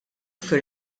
fir